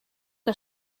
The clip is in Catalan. que